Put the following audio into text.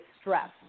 stress